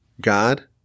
God